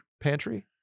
pantry